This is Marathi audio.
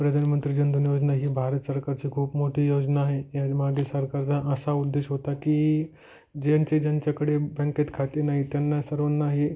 प्रधानमंत्री जन धन योजना ही भारत सरकारची खूप मोठी योजना आहे या मागे सरकारचा असा उद्देश होता की ज्यांचे ज्यांच्याकडे बँकेत खाते नाही त्यांना सर्वांना ही